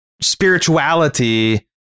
spirituality